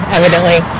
evidently